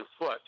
foot